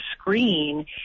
screen